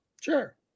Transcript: Sure